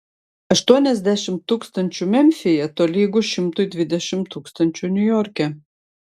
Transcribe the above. aštuoniasdešimt tūkstančių memfyje tolygu šimtui dvidešimt tūkstančių niujorke